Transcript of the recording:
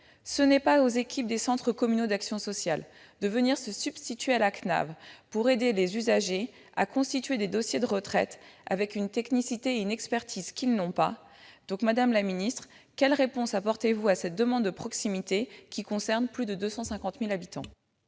Ce n'est pas aux équipes des centres communaux d'action sociale de se substituer à la CNAV pour aider les usagers à constituer des dossiers de retraite, ce qui exige une technicité et une expertise qu'ils n'ont pas. Madame la secrétaire d'État, quelle réponse êtes-vous disposée à apporter à cette demande de proximité qui concerne plus de 250 000 habitants ?